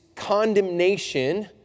condemnation